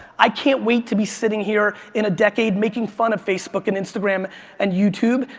i can't wait to be sitting here in a decade making fun of facebook and instagram and youtube.